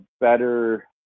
better